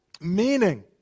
Meaning